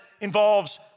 involves